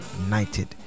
united